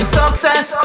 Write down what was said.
success